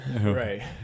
Right